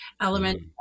element